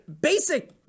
basic